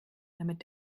damit